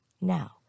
Now